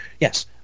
yes